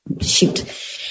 shoot